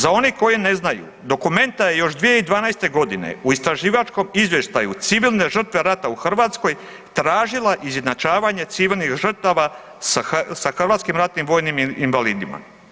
Za one koji ne znaju Documenta je još 2012. godine u istraživačkom izvještaju civilne žrtve rata u Hrvatskoj tražila izjednačavanje civilnih žrtava sa hrvatskim ratnim vojnim invalidima.